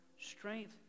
strength